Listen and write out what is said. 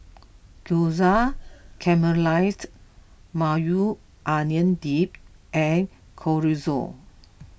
Gyoza Caramelized Maui Onion Dip and Chorizo